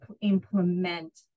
implement